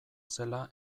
zela